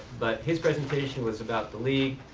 but his presentation was about the league,